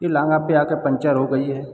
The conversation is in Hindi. ये लांगा पे आके पंचर हो गई है